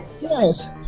Yes